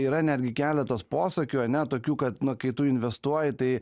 yra netgi keletas posakių ane tokių kad nu kai tu investuoji tai